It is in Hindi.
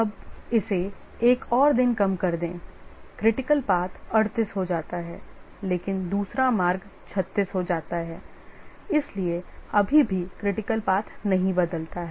अब इसे 1 और दिन कम कर दें critical path 38 हो जाता है लेकिन दूसरा मार्ग 36 हो जाता है इसलिए अभी भी critical path नहीं बदलता है